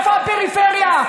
איפה הפריפריה?